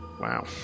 Wow